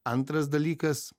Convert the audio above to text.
antras dalykas